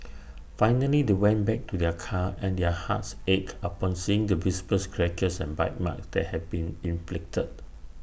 finally they went back to their car and their hearts ached upon seeing the visible scratches and bite marks that had been inflicted